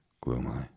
gloomily